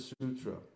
Sutra